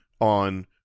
on